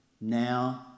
now